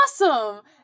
awesome